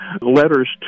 letters